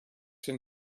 zijn